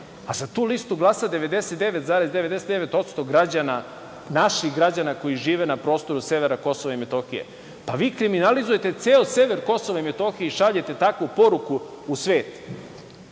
a za tu listu glasa 99,9% građana naših građana koji žive na prostoru severa Kosova i Metohije. Pa, vi kriminalizujete ceo sever Kosova i Metohije i šaljete takvu poruku u svet.